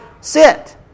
sit